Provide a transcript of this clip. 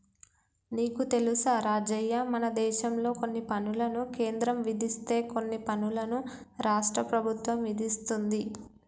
నీకు తెలుసా రాజయ్య మనదేశంలో కొన్ని పనులను కేంద్రం విధిస్తే కొన్ని పనులను రాష్ట్ర ప్రభుత్వం ఇదిస్తుంది